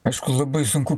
aišku labai sunku